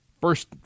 First